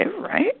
right